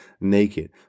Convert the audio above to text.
naked